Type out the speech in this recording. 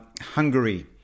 Hungary